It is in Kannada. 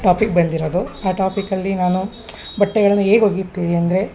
ಟಾಪಿಕ್ ಬಂದಿರೋದು ಆ ಟಾಪಿಕಲ್ಲಿ ನಾನು ಬಟ್ಟೆಗಳನ್ನು ಹೇಗ್ ಒಗಿತೀವಿ ಅಂದರೆ